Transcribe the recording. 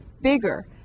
bigger